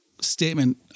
statement